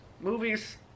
Movies